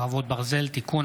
חרבות ברזל) (תיקון),